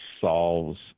solves